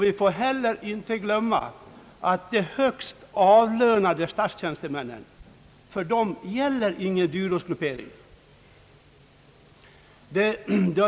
Vi får heller inte glömma att för de högst avlönade statstjänstemännen gäller ingen dyrortsgruppering.